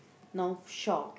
North Shore